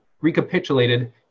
recapitulated